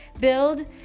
build